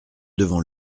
devant